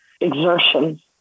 exertion